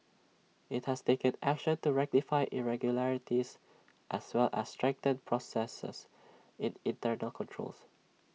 IT has taken action to rectify irregularities as well as strengthen processes in internal controls